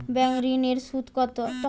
Bank ঋন এর সুদ কত?